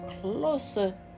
closer